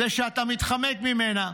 זו שאתה מתחמק ממנה,